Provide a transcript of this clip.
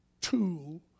tool